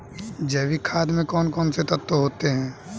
जैविक खाद में कौन कौन से तत्व होते हैं?